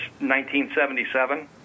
1977